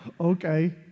Okay